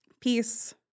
peace